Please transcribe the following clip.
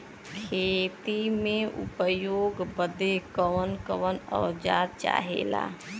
खेती में उपयोग बदे कौन कौन औजार चाहेला?